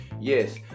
Yes